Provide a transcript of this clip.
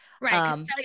Right